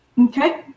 Okay